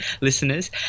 listeners